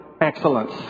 excellence